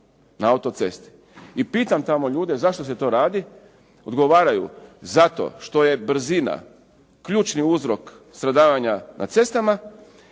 na autocesti. I pitam tamo ljude zašto se to radi, odgovaraju zato što je brzina ključni uzrok stradavanja na cestama